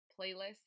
playlist